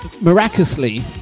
miraculously